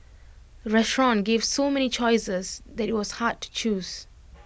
the restaurant gave so many choices that IT was hard to choose